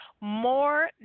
more